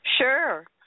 Sure